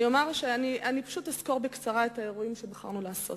אני אסקור בקצרה את האירועים שבחרנו לעשות.